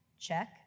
check